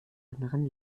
anderen